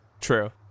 True